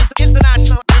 international